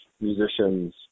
musicians